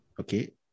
Okay